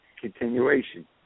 continuation